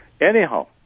Anyhow